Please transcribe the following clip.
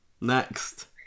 Next